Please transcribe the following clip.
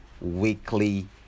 weekly